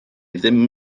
ddim